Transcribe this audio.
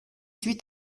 huit